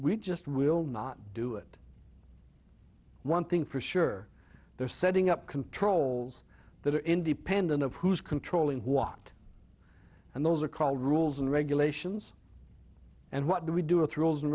you just will not do it one thing for sure they're setting up controls that are independent of who's controlling what and those are called rules and regulations and what do we do with rules and